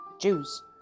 Jews